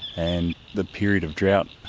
and the period of drought,